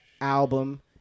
album